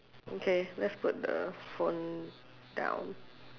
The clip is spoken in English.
okay let's put the phone down